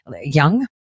young